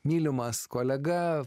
mylimas kolega